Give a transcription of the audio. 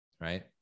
right